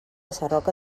sarroca